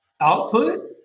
output